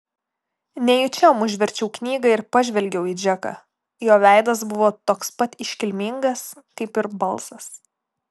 nejučiom užverčiau knygą ir pažvelgiau į džeką jo veidas buvo toks pat iškilmingas kaip ir balsas